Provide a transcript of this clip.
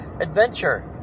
adventure